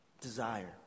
Desire